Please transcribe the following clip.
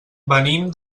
venim